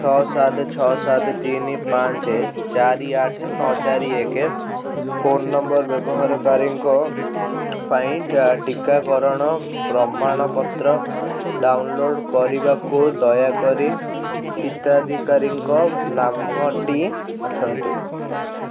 ଛଅ ସାତ ଛଅ ସାତ ତିନି ପାଞ୍ଚ ଚାରି ଆଠ ନଅ ଚାରି ଏକ ଫୋନ ନମ୍ବର ବ୍ୟବହାରକାରୀଙ୍କ ପାଇଁ ଟିକାକରଣ ପ୍ରମାଣପତ୍ର ଡାଉନଲୋଡ଼୍ କରିବାକୁ ଦୟାକରି ହିତାଧିକାରୀଙ୍କ ନାମଟି ବାଛନ୍ତୁ